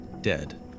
dead